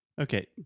Okay